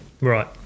Right